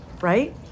right